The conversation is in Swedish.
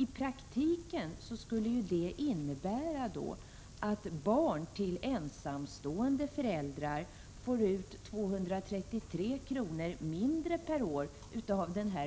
I praktiken skulle det innebära att barn till ensamstående föräldrar får ut 333 kr. mindre per år av denna